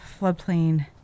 floodplain